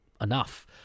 enough